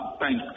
thanks